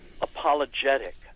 apologetic